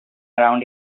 around